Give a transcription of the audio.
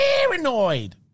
paranoid